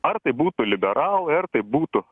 ar tai būtų liberalai ar tai būtų